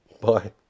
bye